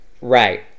Right